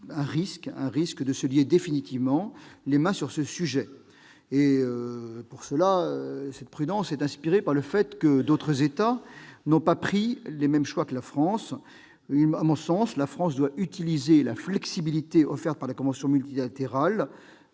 un risque de se lier définitivement les mains sur ce sujet ? Cette prudence est inspirée par le fait que d'autres États n'ont pas fait les mêmes choix que la France. À mon sens, notre pays doit utiliser la flexibilité offerte par la convention multilatérale